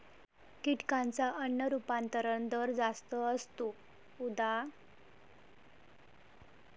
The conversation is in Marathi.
कीटकांचा अन्न रूपांतरण दर जास्त असतो, उदा